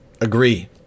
agree